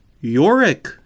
Yorick